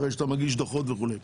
אחרי שאתה מגיש דוחות וכולי.